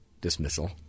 dismissal